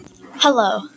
Hello